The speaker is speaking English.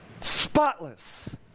Spotless